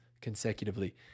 consecutively